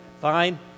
Fine